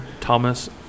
Thomas